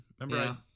Remember